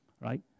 right